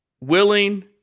Willing